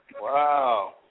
Wow